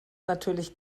natürlich